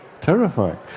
terrifying